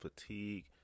fatigue